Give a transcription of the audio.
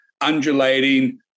undulating